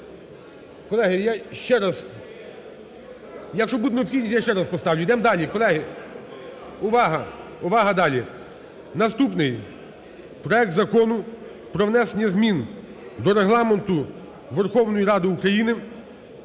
Колеги, я ще раз… Якщо буде необхідність, я ще раз поставлю. Йдемо далі. Колеги, увага! Увага! Далі. Наступний. Проект Закону про внесення змін до Регламенту Верховної Ради України